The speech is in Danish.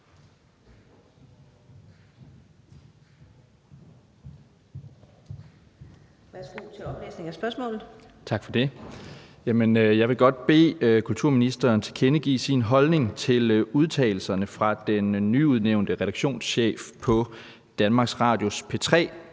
Jeg vil godt bede kulturministeren tilkendegive sin holdning til udtalelserne fra den nyudnævnte redaktionschef for DR's P3,